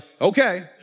okay